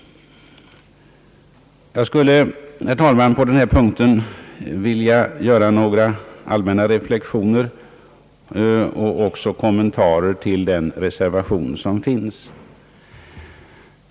Jag skulle, herr talman, vilja göra några allmänna reflexioner på denna punkt och även några kommentarer till den reservation som har avgivits.